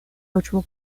virtual